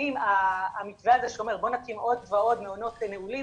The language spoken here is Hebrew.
האם המתווה הזה שאומר בוא נקים עוד ועוד מעונות נעולים,